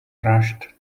rushed